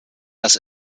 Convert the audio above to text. das